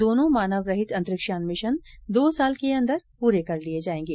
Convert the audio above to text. दोनो मानव रहित अंतरिक्ष यान मिशन दो साल के अंदर पूरे कर लिए जाएंगे